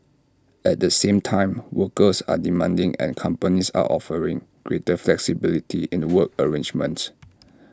at the same time workers are demanding and companies are offering greater flexibility in work arrangements